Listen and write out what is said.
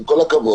עם כל הכבוד,